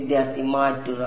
വിദ്യാർത്ഥി മാറ്റുക